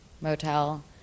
motel